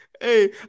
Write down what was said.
hey